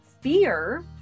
fear